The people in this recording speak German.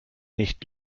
nicht